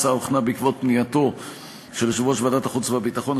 ההצעה הוכנה בעקבות פנייתו של יושב-ראש ועדת החוץ והביטחון,